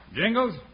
Jingles